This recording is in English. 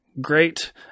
great